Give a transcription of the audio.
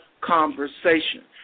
conversation